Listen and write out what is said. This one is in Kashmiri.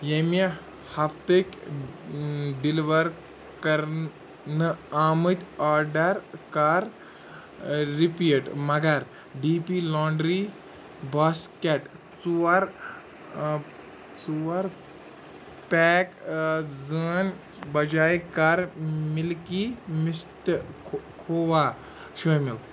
ییٚمہِ ہفتٕکۍ ڈیلوَر کرنہٕ آمٕتۍ آرڈر کَر رِپیٖٹ مگر ڈی پی لانڈرٛی باسکٮ۪ٹ ژور ژور پیک زٲن بجاے کَر مِلکی مِسٹ کھو کھووا شٲمِل